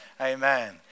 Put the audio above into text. Amen